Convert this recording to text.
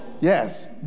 Yes